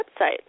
website